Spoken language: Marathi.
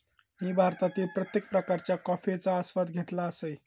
मी भारतातील प्रत्येक प्रकारच्या कॉफयेचो आस्वाद घेतल असय